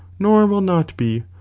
nor will not be,